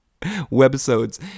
Webisodes